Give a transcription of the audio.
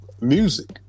music